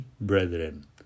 brethren